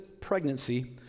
pregnancy